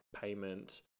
payment